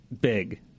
big